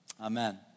amen